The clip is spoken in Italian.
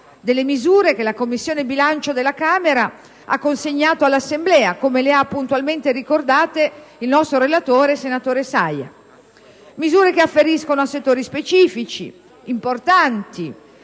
delle misure che la Commissione bilancio della Camera ha consegnato all'Assemblea, come le ha puntualmente ricordate il nostro relatore senatore Saia. Si tratta di misure che afferiscono a settori specifici, a nostro